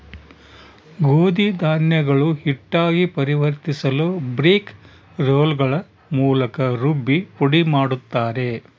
ಗೋಧಿ ಧಾನ್ಯಗಳು ಹಿಟ್ಟಾಗಿ ಪರಿವರ್ತಿಸಲುಬ್ರೇಕ್ ರೋಲ್ಗಳ ಮೂಲಕ ರುಬ್ಬಿ ಪುಡಿಮಾಡುತ್ತಾರೆ